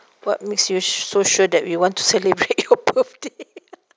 what makes you so sure that we want to celebrate your birthday